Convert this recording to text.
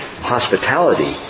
hospitality